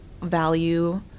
value